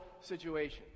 situation